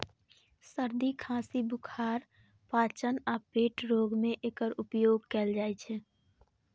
सर्दी, खांसी, बुखार, पाचन आ पेट रोग मे एकर उपयोग कैल जाइ छै